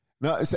No